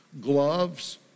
gloves